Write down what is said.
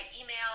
email